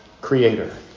creator